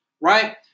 Right